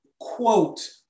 quote